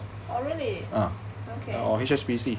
oh really okay